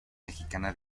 mexicana